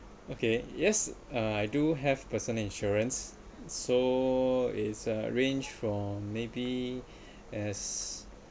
okay yes uh I do have person insurance so it's uh range form maybe as